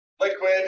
liquid